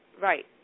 Right